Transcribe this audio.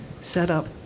setup